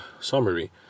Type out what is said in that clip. summary